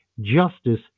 justice